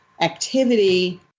activity